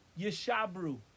yeshabru